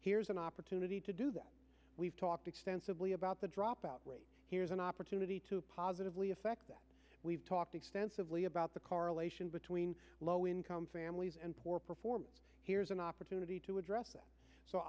here's an opportunity to do that we've talked extensively about the dropout rate here's an opportunity to positively effect that we've talked extensively about the correlation between low income families and poor performance here's an opportunity to address that so